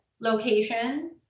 location